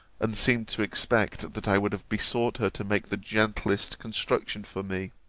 and seemed to expect that i would have besought her to make the gentlest construction for me